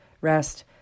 rest